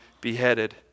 beheaded